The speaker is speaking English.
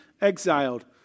exiled